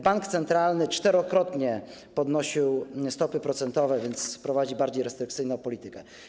Bank centralny czterokrotnie podnosił stopy procentowe, więc prowadzi bardziej restrykcyjną politykę.